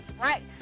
right